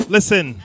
Listen